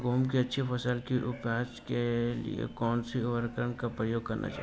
गेहूँ की अच्छी फसल की उपज के लिए कौनसी उर्वरक का प्रयोग करना चाहिए?